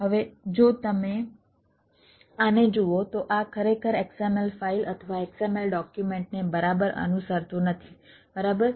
હવે જો તમે આને જુઓ તો આ ખરેખર XML ફાઇલ અથવા XML ડોક્યુમેન્ટને બરાબર અનુસરતું નથી બરાબર